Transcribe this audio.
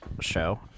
show